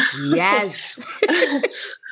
Yes